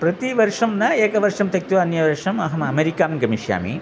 प्रतिवर्षं न एकवर्षं त्यक्त्वा अन्यवर्षम् अहम् अमेरिकां गमिष्यामि